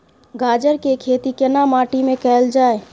गाजर के खेती केना माटी में कैल जाए?